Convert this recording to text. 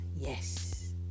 yes